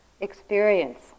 experience